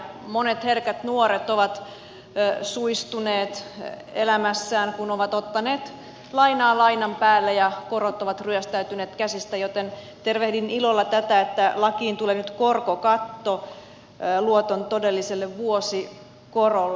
monet herkät nuoret ovat suistuneet elämässään kun ovat ottaneet lainaa lainan päälle ja korot ovat ryöstäytyneet käsistä joten tervehdin ilolla tätä että lakiin tulee nyt korkokatto luoton todelliselle vuosikorolle